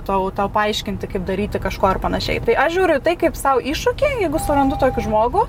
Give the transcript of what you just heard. tau tau paaiškinti kaip daryti kažko ir panašiai tai aš žiūriu tai kaip sau iššūkį jeigu surandu tokį žmogų